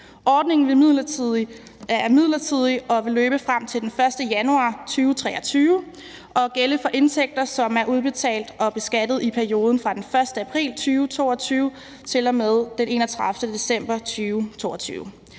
Ordningen er midlertidig og vil løbe frem til den 1. januar 2023 og gælde for indtægter, som er udbetalt og beskattet i perioden fra den 1. april 2022 til og med den 31. december 2022.